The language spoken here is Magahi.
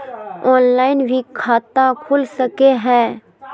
ऑनलाइन भी खाता खूल सके हय?